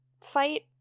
fight